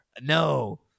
No